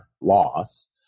loss